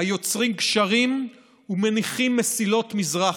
היוצרים גשרים ומניחים מסילות מזרחה.